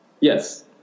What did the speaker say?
Yes